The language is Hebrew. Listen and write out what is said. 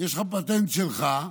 יש לך פטנט שלך,